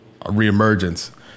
reemergence